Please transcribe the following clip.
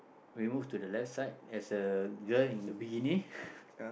when we move to the left side there's a girl in bikini